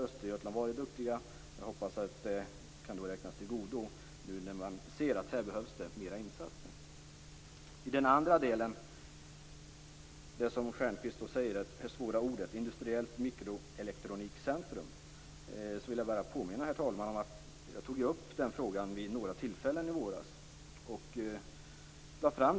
Östergötland har varit duktigt i det sammanhanget, och jag hoppas att det kan räknas oss till godo när man ser att det här behövs mer av insatser. När det för det andra gäller ett industriellt mikroelektronikcentrum - det som Stjernkvist menar är ett svårt ord - vill jag, herr talman, bara påminna om att jag vid några tillfällen i våras tog upp den frågan.